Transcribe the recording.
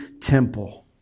temple